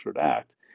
act